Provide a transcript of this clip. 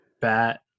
bat